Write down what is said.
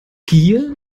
gier